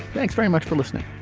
thanks very much for listening.